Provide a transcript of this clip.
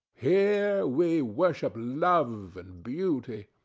here we worship love and beauty.